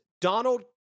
Donald